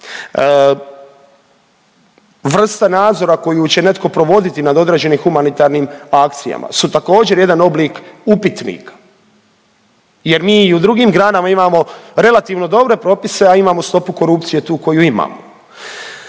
Vrsta nadzora koju će netko provoditi nad određenim humanitarnim akcijama su također jedan oblik upitnika jer mi i u drugim granama imamo relativno dobre propise, a imamo stopu korupcije tu koju imamo.